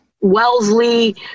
Wellesley